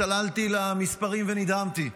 צללתי למספרים ונדהמתי: